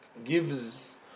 gives